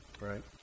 right